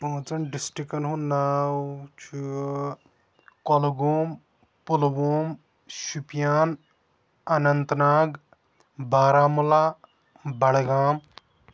پانٛژَن ڈِسٹِرٛکَن ہُنٛد ناو چھُ کۄلگوم پُلووم شُپیان اننت ناگ بارہمولہ بڈگام